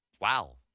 Wow